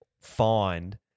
find